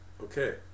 Okay